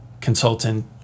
consultant